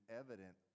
evident